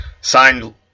signed